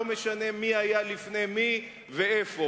לא משנה מי היה לפני מי ואיפה,